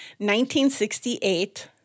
1968 –